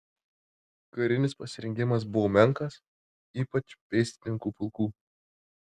karinis pasirengimas buvo menkas ypač pėstininkų pulkų